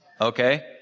okay